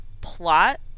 plot